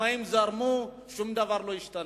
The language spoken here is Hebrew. המים זרמו, שום דבר לא השתנה.